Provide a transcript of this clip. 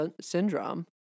Syndrome